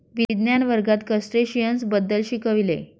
विज्ञान वर्गात क्रस्टेशियन्स बद्दल शिकविले